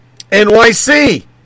NYC